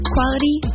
Quality